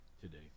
today